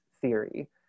theory